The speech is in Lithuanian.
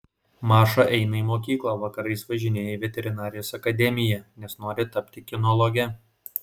maša eina į mokyklą o vakarais važinėja į veterinarijos akademiją nes nori tapti kinologe